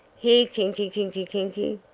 here, kinky, kinky, kinky!